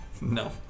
No